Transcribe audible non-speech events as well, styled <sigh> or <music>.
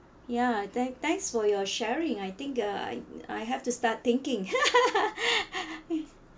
ya thank thanks for your share sharing I think uh I I have to start thinking <laughs>